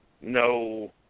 no